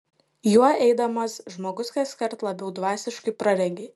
juo eidamas žmogus kaskart labiau dvasiškai praregi